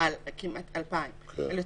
על יותר מ-2,000.